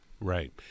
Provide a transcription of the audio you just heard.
Right